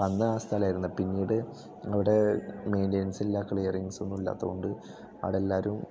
അന്ന് ആ സ്ഥലമായിരുന്നു പിന്നീട് അവിടെ മെയിൻറ്റനൻസില്ല ക്ലീയറിൻസ് ഒന്നുമില്ലാത്തത് കൊണ്ട് ആടെല്ലാരും